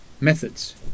methods